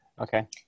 Okay